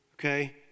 Okay